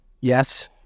yes